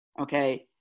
Okay